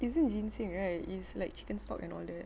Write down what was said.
isn't ginseng right it's like chicken stock and all that